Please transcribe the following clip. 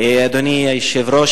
אדוני היושב-ראש,